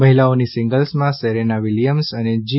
મહિલાઓની સિંગલ્સમાં Serena Williams અને જી